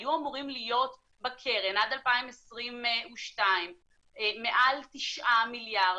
היו אמורים להיות בקרן עד 2022 מעל תשעה מיליארד